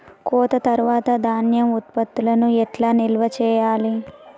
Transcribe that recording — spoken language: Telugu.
కోత తర్వాత ధాన్యం ఉత్పత్తులను ఎట్లా నిల్వ చేయాలి?